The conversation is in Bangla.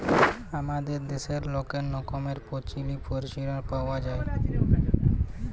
আমাদের দ্যাশের অলেক রকমের পলিচি পরিছেবা পাউয়া যায়